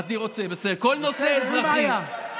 אין בעיה.